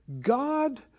God